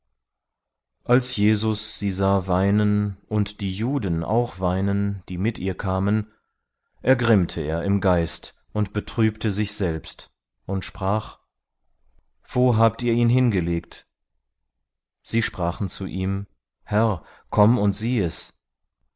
als jesus sie sah weinen und die juden auch weinen die mit ihr kamen ergrimmte er im geist und betrübte sich selbst und sprach wo habt ihr ihn hingelegt sie sprachen zu ihm herr komm und sieh es